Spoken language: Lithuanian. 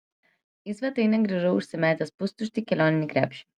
į svetainę grįžau užsimetęs pustuštį kelioninį krepšį